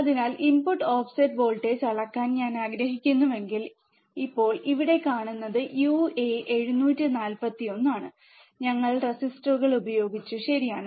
അതിനാൽ input offset voltage അളക്കാൻ ഞാൻ ആഗ്രഹിക്കുന്നുവെങ്കിൽ ഇപ്പോൾ ഇവിടെ കാണുന്നത് uA741 ആണ് ഞങ്ങൾ റെസിസ്റ്ററുകൾ ഉപയോഗിച്ചു ശരിയാണ്